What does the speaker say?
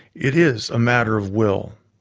it is a matter of will.